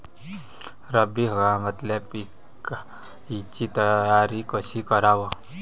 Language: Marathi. रब्बी हंगामातल्या पिकाइची तयारी कशी कराव?